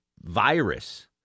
virus